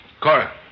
Cora